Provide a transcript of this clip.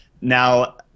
Now